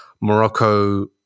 Morocco